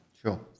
Sure